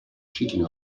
cheating